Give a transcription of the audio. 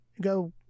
go